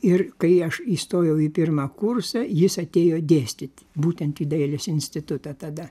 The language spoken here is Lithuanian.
ir kai aš įstojau į pirmą kursą jis atėjo dėstyt būtent į dailės institutą tada